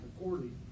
according